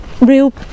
real